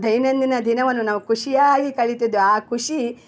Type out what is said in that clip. ದೈನಂದಿನ ದಿನವನ್ನು ನಾವು ಖುಷಿಯಾಗಿ ಕಳಿತಿದ್ದೆವು ಆ ಖುಷಿ